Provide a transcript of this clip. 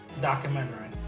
documentary